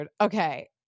Okay